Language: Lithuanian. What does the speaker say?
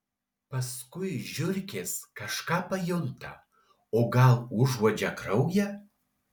paskui žiurkės kažką pajunta o gal užuodžia kraują